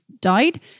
died